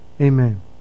Amen